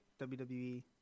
WWE